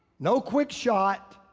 no quick shot.